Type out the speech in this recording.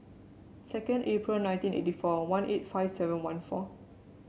second April nineteen eighty four one eight five seven one four